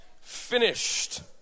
finished